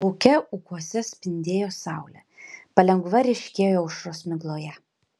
lauke ūkuose spindėjo saulė palengva ryškėjo aušros migloje